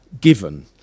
given